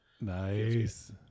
Nice